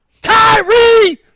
Tyree